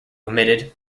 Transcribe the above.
omitted